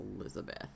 Elizabeth